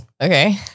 okay